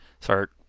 start